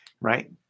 Right